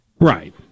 Right